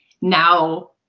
now